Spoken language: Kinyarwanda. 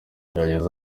yagize